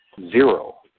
zero